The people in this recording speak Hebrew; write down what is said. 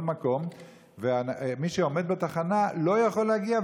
מקום ומי שעומד בתחנה לא יכול להגיע?